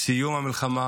סיום המלחמה,